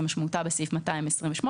כמשמעותה בסעיף 228,